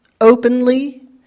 openly